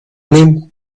name